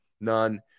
none